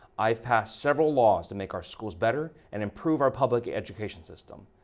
i have passed several laws to make our schools better and improve our public education system.